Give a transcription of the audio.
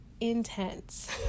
intense